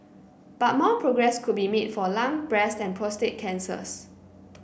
but more progress could be made for lung breast and prostate cancers